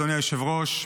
אדוני היושב-ראש,